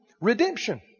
redemption